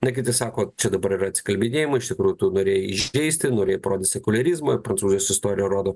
na kiti sako čia dabar yra atsikalbinėjimai iš tikrųjų tu norėjai įžeisti norėjai parodyt sekuliarizmą prancūzijos istorija rodo